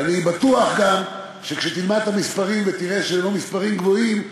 ואני בטוח גם שכשתלמד את המספרים ותראה שהם לא מספרים גבוהים,